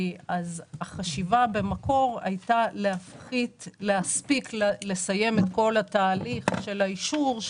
אז החשיבה במקור הייתה להספיק לסיים את כל התהליך של האישור,